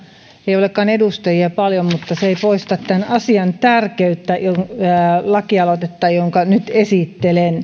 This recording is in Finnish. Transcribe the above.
ei ole edustajia paljon mutta se ei poista tämän asian tärkeyttä joka on tässä laki aloitteessa jonka nyt esittelen